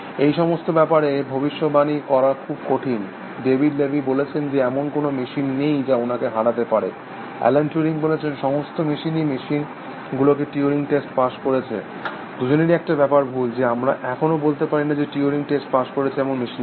এই সমস্ত ব্যাপারে ভবিষ্যৎবাণী করা খুব কঠিন ডেভিড লেভি বলেছেন যে এমন কোনো মেশিন নেই যা ওনাকে হারাতে পারে অ্যালান টিউরিং বলেছেন সমস্ত মেশিনই মেশিন যেগুলো টিউরিং টেস্ট পাশ করেছে দুজনেই একটা ব্যাপারে ভুল যে আমরা এখনও বলতে পারি না যে টিউরিং টেস্ট পাশ করেছে এমন মেশিন আছে